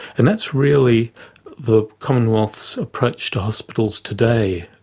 and that's really the commonwealth's approach to hospitals today.